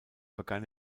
begann